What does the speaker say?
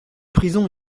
prison